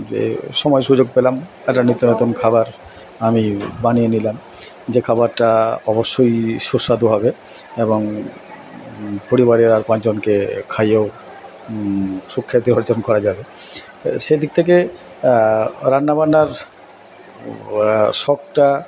যে সময় সুযোগ পেলাম একটা নিত্য নতুন খাবার আমি বানিয়ে নিলাম যে খাবারটা অবশ্যই সুস্বাদু হবে এবং পরিবারের আর পাঁচজনকে খাইয়েও সুখ্যাতি অর্জন করা যাবে সেদিক থেকে রান্না বান্নার শখটা